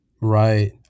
Right